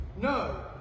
No